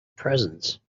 presence